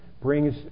brings